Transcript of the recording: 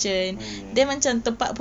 okay